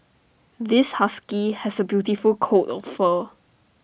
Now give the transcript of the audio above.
this husky has A beautiful coat of fur